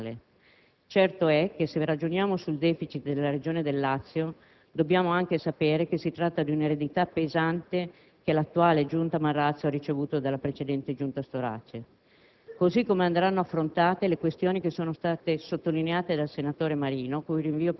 vero che questo tema andrà affrontato nella necessaria riforma dell'imposizione locale e regionale. Certo è che se ragioniamo sul *deficit* della Regione Lazio dobbiamo anche sapere che si tratta di un'eredità pesante che l'attuale Giunta Marrazzo ha ricevuto dalla precedente Giunta Storace.